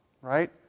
right